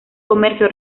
comercio